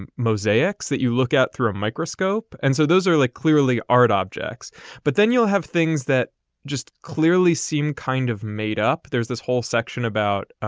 and mosaics that you look out through a microscope. and so those are like clearly art objects but then you'll have things that just clearly seem kind of made up. there's this whole section about